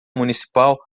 municipal